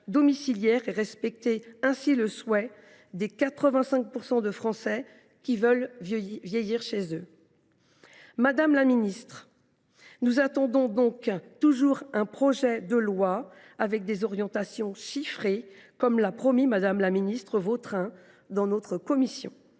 domiciliaire et respecter ainsi le souhait des 85 % de Français qui veulent vieillir chez eux. Madame la ministre, nous attendons donc toujours un projet de loi, avec des orientations chiffrées, comme l’a promis Mme la ministre Vautrin devant notre commission.